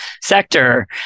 sector